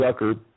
Zucker